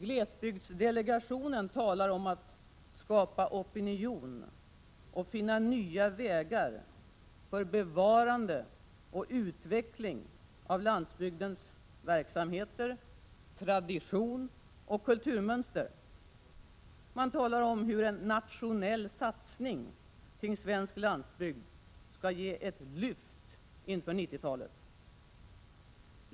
Glesbygdsdelegationen talar om att skapa opinion och att finna nya vägar för bevarande och utveckling av landsbygdens verksamheter, tradition och kulturmönster. Man talar om hur en nationell satsning kring svensk landsbygd skall ge ett lyft inför 90-talet.